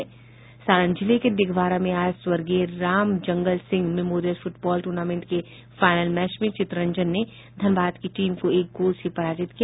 सारण जिले के दिघवारा मे आज स्वर्गीय Ramjangal Singh memorial football tournament के फाइनल मैच मे चितरंजन ने धनबाद की टीम को एक गोल से पराजित किया